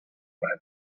ràdio